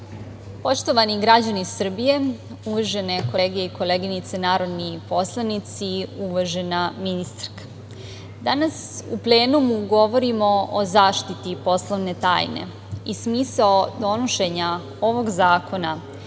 Orliću. Poštovani građani Srbije, uvažene kolege i koleginice narodni poslanici, uvažena ministarka. Danas u plenumu govorimo o zaštiti poslovne tajne. Smisao donošenja ovog zakona